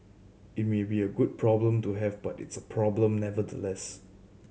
it may be a good problem to have but it's a problem nevertheless